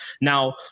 Now